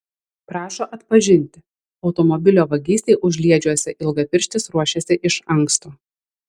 prašo atpažinti automobilio vagystei užliedžiuose ilgapirštis ruošėsi iš anksto